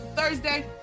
thursday